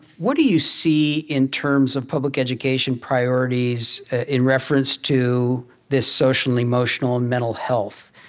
what do you see in terms of public education priorities, in reference to this social, emotional, and mental health?